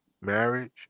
marriage